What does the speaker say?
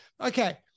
okay